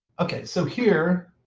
ok, so here,